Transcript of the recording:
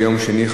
ביום שני,